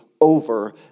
over